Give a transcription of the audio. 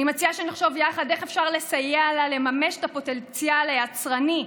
אני מציעה שנחשוב יחד איך אפשר לסייע לה לממש את הפוטנציאל היצרני,